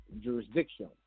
jurisdiction